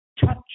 touch